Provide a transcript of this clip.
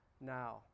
now